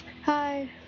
Hi